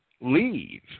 leave